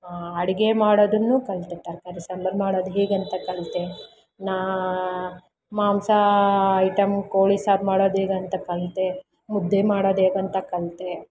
ಅಡುಗೆ ಮಾಡೋದನ್ನೂ ಕಲಿತೆ ತರಕಾರಿ ಸಾಂಬಾರು ಮಾಡೋದು ಹೇಗಂತ ಕಲಿತೆ ನಾ ಮಾಂಸ ಐಟಮ್ ಕೋಳಿ ಸಾರು ಮಾಡೊದೇಗಂತ ಕಲಿತೆ ಮುದ್ದೆ ಮಾಡೊದೇಗಂತ ಕಲಿತೆ